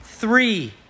Three